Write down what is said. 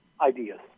ideas